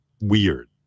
weird